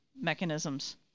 mechanisms